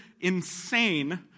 insane